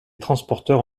transporteurs